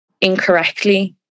incorrectly